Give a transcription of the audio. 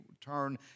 turn